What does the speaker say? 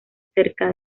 cerca